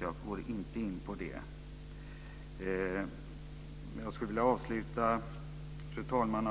Jag går inte in på de områdena. Fru talman!